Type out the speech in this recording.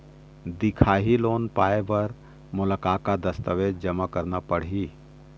दिखाही लोन पाए बर मोला का का दस्तावेज जमा करना पड़ही?